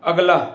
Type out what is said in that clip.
अगला